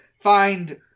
find